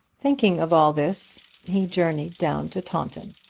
thinking of all this he journeyed down to taunton,